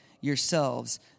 yourselves